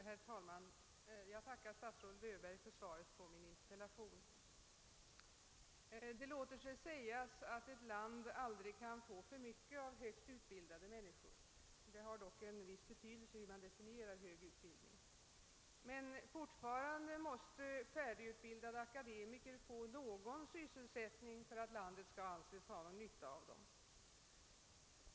Herr talman! Jag tackar statsrådet Löfberg för svaret på min interpellation. Det låter sig sägas att ett land aldrig kan få för mycket av högt utbildade människor — även om det har en viss betydelse hur man definierar begreppet >hög utbildning> — men fortfarande måste färdigutbildade akademiker få någon sysselsättning för att vårt land skall anses ha någon nytta av dem.